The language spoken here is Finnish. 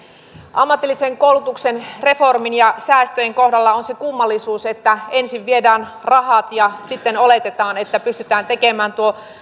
ammatillisen koulutuksen reformin ja säästöjen kohdalla on se kummallisuus että ensin viedään rahat ja sitten oletetaan että pystytään tekemään tuo